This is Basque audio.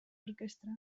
orkestra